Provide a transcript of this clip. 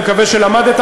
אני מקווה שלמדת.